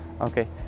Okay